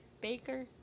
Baker